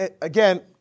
again